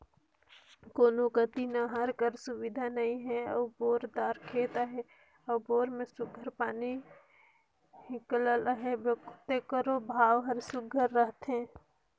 कोनो कती नहर कर सुबिधा नी हे अउ बोर दार खेत अहे अउ बोर में सुग्घर पानी हिंकलत अहे तेकरो भाव हर सुघर रहथे